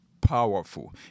powerful